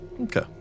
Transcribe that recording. Okay